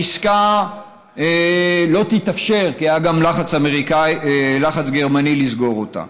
העסקה לא תתאפשר, כי היה גם לחץ גרמני לסגור אותה.